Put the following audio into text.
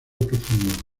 profundo